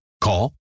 Call